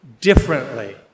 differently